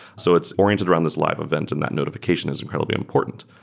so it's oriented around this live event and that notification is incredibly important.